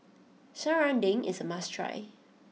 Serunding is a must try